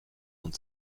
und